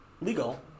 Legal